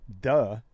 Duh